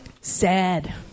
sad